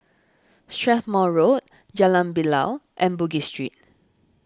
Strathmore Road Jalan Bilal and Bugis Street